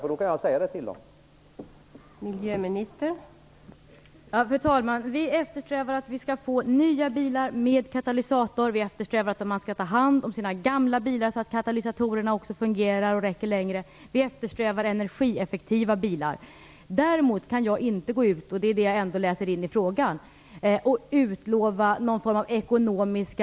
Då kan jag nämligen säga det till dessa människor.